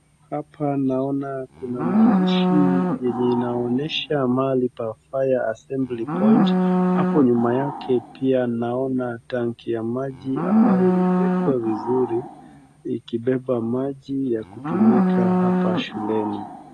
Hapa naona kuna maandishi inaonyesha mahali pa[ cs ]fire assembly point[ cs] hapo nyuma yake pia naona tanki ya maji ambayo imewekwa vizuri ikibeba maji ya kutumika hapa shuleni.